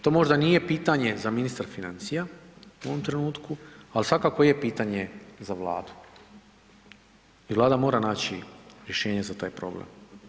To možda nije pitanje za ministra financija u ovom trenutku, ali svakako je pitanje za Vladu jer Vlada mora naći rješenje za taj problem.